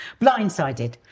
blindsided